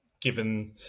given